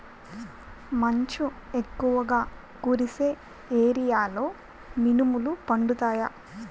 మంచు ఎక్కువుగా కురిసే ఏరియాలో మినుములు పండుతాయా?